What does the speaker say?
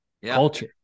Culture